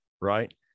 right